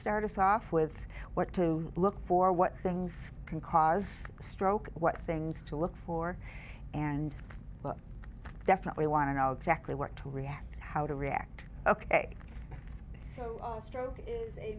start us off with what to look for what things can cause stroke what things to look for and but definitely want to know exactly what to react how to react ok so stroke is a